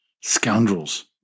scoundrels